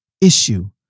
issue